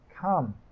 come